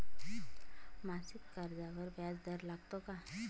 मासिक कर्जावर व्याज दर लागतो का?